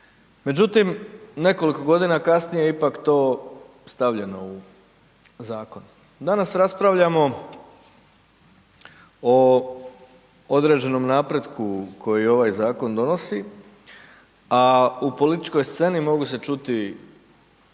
Međutim, nekoliko godina kasnije je ipak to stavljeno u zakon. Danas raspravljamo o određenom napretku koji ovaj zakon donosi, a u političkoj sceni mogu se čuti